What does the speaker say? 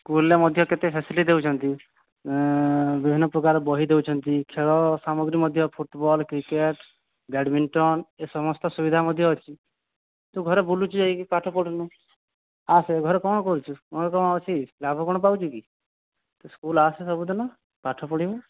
school ରେ ମଧ୍ୟ କେତେ ଫ୍ୟାସିଲିଟି ଦେଉଛନ୍ତି ବିଭିନ୍ନ ପ୍ରକାର ବହି ଦେଉଛନ୍ତି ଖେଳ ସାମଗ୍ରୀ ମଧ୍ୟ ଫୁଟୁବଲ କ୍ରିକେଟ ବ୍ୟାଡ଼ମିଣ୍ଟନ ଏ ସମସ୍ତ ସୁବିଧା ମଧ୍ୟ ଅଛି ତୁ ଘରେ ବୁଲୁଛୁ ଯାଇକି ପାଠ ପଢ଼ୁନୁ ଆସେ ଘରେ କ'ଣ କରୁଛୁ ଘରେ କ'ଣ ଅଛି ଲାଭ କ'ଣ ପାଉଛୁ କି ସ୍କୁଲ ଆସେ ସବୁଦିନ ପାଠ ପଢ଼ିବୁ